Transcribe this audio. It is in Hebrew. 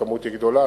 הכמות היא גדולה,